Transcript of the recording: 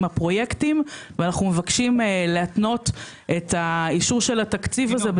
הפרויקטים ואנו מבקשים להתנות את האישור של התקציב הזה,